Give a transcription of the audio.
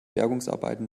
bergungsarbeiten